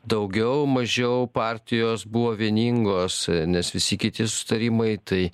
daugiau mažiau partijos buvo vieningos nes visi kiti susitarimai tai